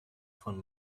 von